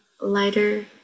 lighter